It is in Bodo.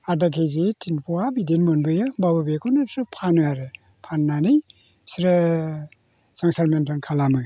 आदा के जि तिन पवा बिदिनो मोनबोयो होनबाबो बेखौनो बिसोरो फानो आरो फाननानै बिसोरो संसार मेन्टैन खालामो